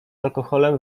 alkoholem